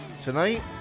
tonight